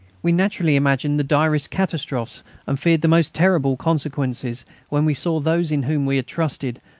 we naturally imagined the direst catastrophes and feared the most terrible consequences when we saw those in whom we had trusted,